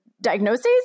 diagnoses